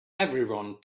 everyone